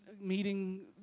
meeting